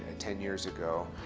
ah ten years ago.